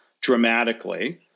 dramatically